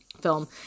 film